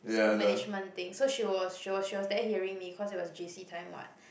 school management thing so she was she was she was there hearing me cause it was J_C time what